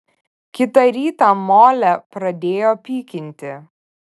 kitą rytą molę pradėjo pykinti